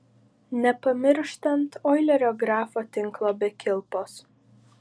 nepamirštant oilerio grafo tinklo be kilpos